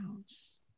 house